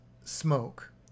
smoke